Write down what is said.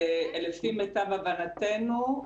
לפי מיטב הבנתנו,